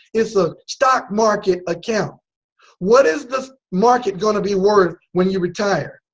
it's a stock market account what is the market going to be worth when you retire?